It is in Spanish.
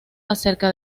acerca